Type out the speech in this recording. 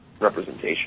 representation